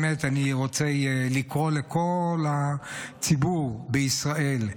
באמת אני רוצה לקרוא לכל הציבור בישראל: